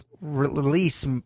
release